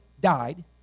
died